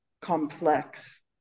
complex